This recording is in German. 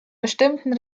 bestimmten